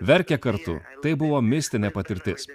verkė kartu tai buvo mistinė patirtis